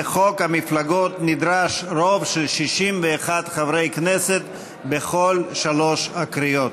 לחוק המפלגות נדרש רוב של 61 חברי כנסת בכל שלוש הקריאות.